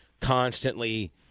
constantly